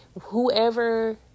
whoever